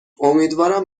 امیدوارم